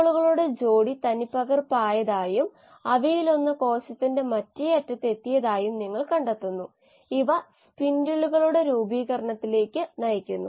അതിനാൽ നമ്മൾ വിലയേറിയ അസംസ്കൃത വസ്തുക്കൾ വിലയേറിയ സബ്സ്ട്രേറ്റ് ഉപയോഗിച്ച് ആരംഭിക്കുകയാണെങ്കിൽ ഉൽപ്പന്നം കൂടുതൽ ചെലവേറിയതായി മാറുന്നു